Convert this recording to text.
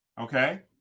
okay